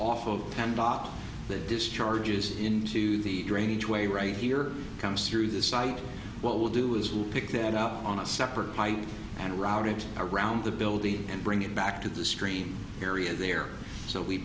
dock that discharges into the drainage way right here comes through this site what we'll do is we'll pick that up on a separate pipe and route it around the building and bring it back to the screen area there so we